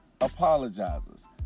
apologizes